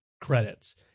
credits